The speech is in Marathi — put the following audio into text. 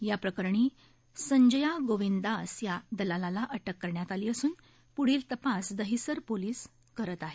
याप्रकरणी संजया गोविंद दास या दलालाला अटक करण्यात आली असून पुढील तपास दहिसर पोलीस करीत आहेत